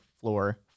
floor